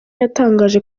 yatangaje